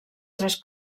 tres